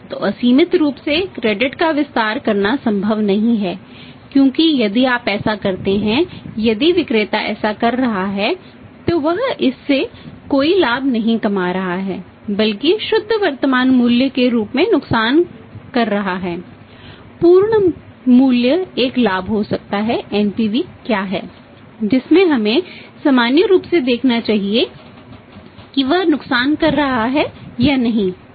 तो असीमित रूप से क्रेडिट क्या है जिसमें हमें सामान्य रूप से देखना चाहिए कि वह नुकसान कर रहा है या नहीं ठीक है